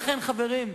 לכן, חברים,